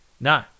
No